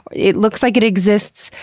it looks like it exists,